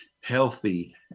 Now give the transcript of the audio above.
healthy